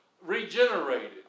regenerated